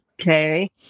okay